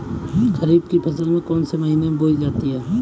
खरीफ की फसल कौन से महीने में बोई जाती है?